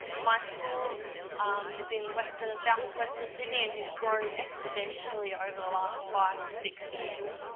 my school is in western and south western sydney and has grown expedientially over the last five to six years.